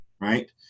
right